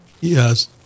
Yes